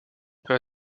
peut